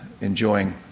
enjoying